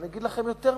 ואני אגיד לכם יותר מזה,